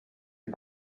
est